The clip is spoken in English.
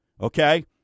okay